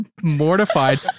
mortified